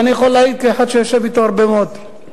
ואני יכול להעיד כאחד שיושב אתו הרבה מאוד,